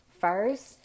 first